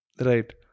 Right